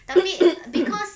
tapi because